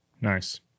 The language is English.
Nice